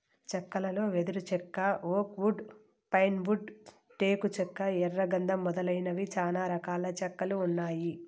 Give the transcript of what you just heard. చెక్కలలో వెదురు చెక్క, ఓక్ వుడ్, పైన్ వుడ్, టేకు చెక్క, ఎర్ర గందం మొదలైనవి చానా రకాల చెక్కలు ఉన్నాయి